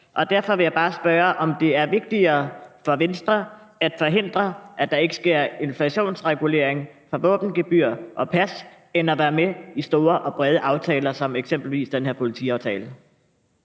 derfor vil jeg bare spørge, om det er vigtigere for Venstre at forhindre, at der sker en inflationsregulering af våbengebyrer og pas, end at være med i store og brede aftaler som eksempelvis den her politiaftale.